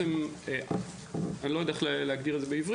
המינוח, אני לא יודע איך להגדיר את זה בעברית.